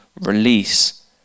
release